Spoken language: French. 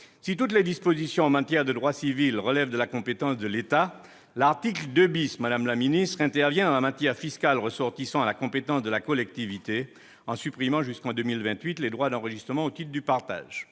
si toutes les dispositions en matière de droit civil relèvent de la compétence de l'État, l'article 2 intervient dans la matière fiscale ressortissant à la compétence de la collectivité en supprimant jusqu'en 2028 les droits d'enregistrement au titre du partage.